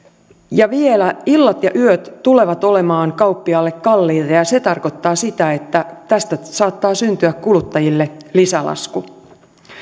vielä illat ja yöt tulevat olemaan kauppiaalle kalliita ja ja se tarkoittaa sitä että tästä saattaa syntyä kuluttajille lisälasku